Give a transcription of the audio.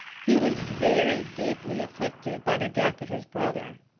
he was very deeply afflicted by the death of his brother.